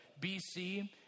BC